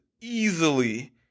easily